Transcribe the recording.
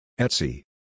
Etsy